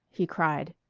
he cried.